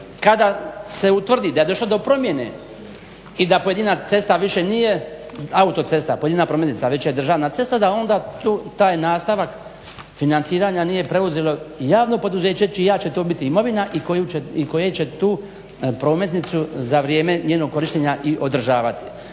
kada se utvrdi da je došlo do promjene i da pojedina cesta više nije autocesta, pojedina prometnica već je državna cesta da onda taj nastavak financiranja nije preuzelo i javno poduzeće čija će to bit imovina i koje će tu prometnicu za vrijeme njenog korištenja i održavati.